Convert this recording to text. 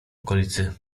okolicy